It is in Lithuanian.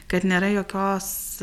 kad nėra jokios